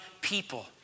people